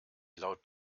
laut